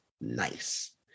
nice